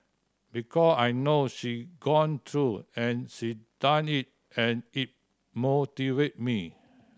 because I know she gone through and she done it and it motivate me